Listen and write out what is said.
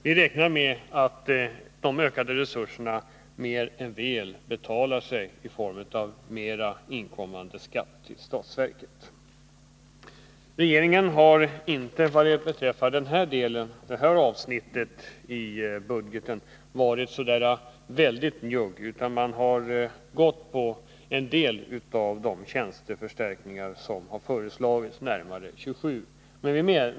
Vi räknar med att de ökade resurserna mer än väl betalar sig i form av mer inkommande skatt till statsverket. Regeringen har inte varit särskilt njugg när det gäller det här avsnittet i budgeten utan har gått med på en del av de tjänsteförstärkningar som föreslagits, närmare bestämt 27.